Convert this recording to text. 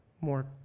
more